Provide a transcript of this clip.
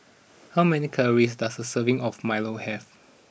how many calories does a serving of Milo have